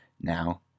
Now